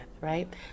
right